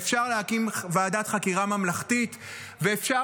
ואפשר להקים ועדת חקירה ממלכתית ואפשר